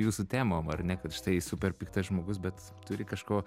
jūsų temom ar ne kad štai super piktas žmogus bet turi kažko